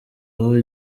aho